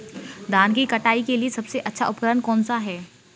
धान की कटाई के लिए सबसे अच्छा उपकरण कौन सा है?